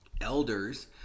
elders